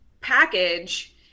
package